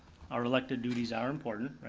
our elected duties are important, right,